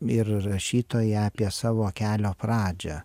ir rašytoja apie savo kelio pradžią